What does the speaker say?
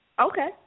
Okay